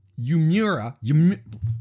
Yumura